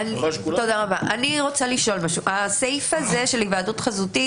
אני חושב שהעולם מתקדם,